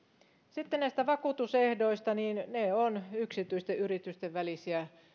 sitten näistä vakuutusehdoista niin ne ovat yksityisten yritysten välisiä